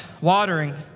watering